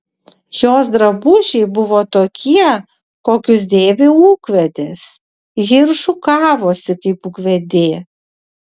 jos drabužiai buvo tokie kokius dėvi ūkvedės ji ir šukavosi kaip ūkvedė